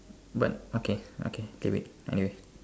but okay okay k wait anyway